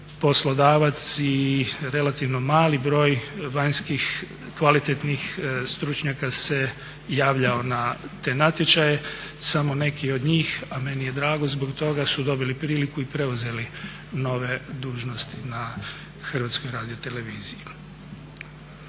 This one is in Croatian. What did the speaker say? poslodavac i relativno mali broj vanjskih kvalitetnih stručnjaka se javljao na te natječaje. Samo neki od njih, a meni je drago zbog toga, su dobili priliku i preuzeli nove dužnosti na HRT-u. Nakon izbora